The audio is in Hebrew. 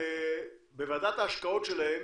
בוועדת ההשקעות שלהם